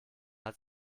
hat